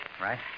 right